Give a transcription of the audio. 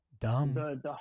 Dumb